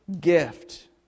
gift